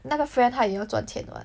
那个 friend 他也要赚钱 [what]